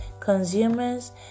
consumers